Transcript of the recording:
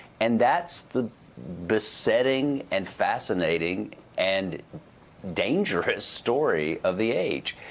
and that's the besetting and fascinating and dangerous story of the age.